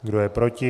Kdo je proti?